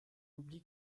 oublies